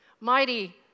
Mighty